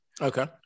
Okay